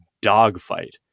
dogfight